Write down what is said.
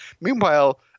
Meanwhile